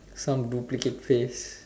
some duplicate face